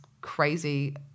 crazy